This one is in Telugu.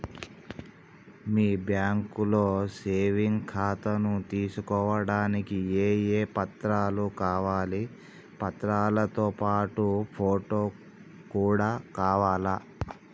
మీ బ్యాంకులో సేవింగ్ ఖాతాను తీసుకోవడానికి ఏ ఏ పత్రాలు కావాలి పత్రాలతో పాటు ఫోటో కూడా కావాలా?